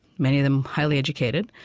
many of them highly educated,